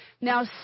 Now